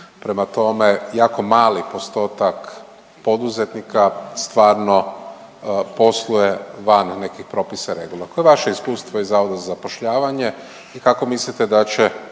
Prema tome jako mali postotak poduzetnika stvarno posluje van nekih propisa i regula. Koje je vaše iskustvo iz Zavoda za zapošljavanje i kako mislite da će